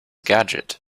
gadget